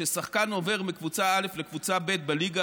כששחקן עובר מקבוצה א' לקבוצה ב' בליגה